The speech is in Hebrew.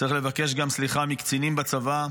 צריך לבקש סליחה מקצינים בצבא.